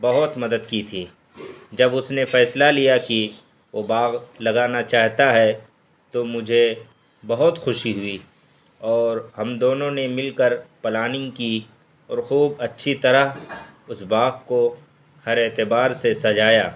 بہت مدد کی تھی جب اس نے فیصلہ لیا کہ وہ باغ لگانا چاہتا ہے تو مجھے بہت خوشی ہوئی اور ہم دونوں نے مل کر پلاننگ کی اور خوب اچھی طرح اس باغ کو ہر اعتبار سے سجایا